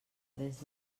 des